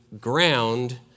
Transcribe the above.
ground